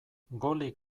golik